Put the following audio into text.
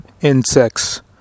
insects